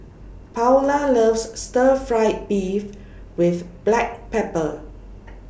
Paola loves Stir Fried Beef with Black Pepper